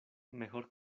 mejor